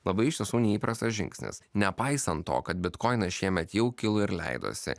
labai iš tiesų neįprastas žingsnis nepaisant to kad bitkoinas šiemet jau kilo ir leidosi